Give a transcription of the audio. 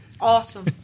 Awesome